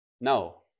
No